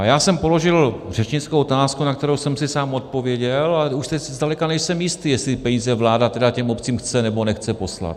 Já jsem položil řečnickou otázku, na kterou jsem si sám odpověděl, a už teď si zdaleka nejsem jistý, jestli ty peníze vláda tedy těm obcím chce, nebo nechce poslat.